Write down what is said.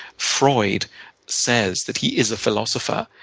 freud says that he is a philosopher.